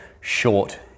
short